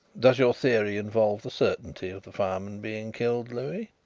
does your theory involve the certainty of the fireman being killed, louis?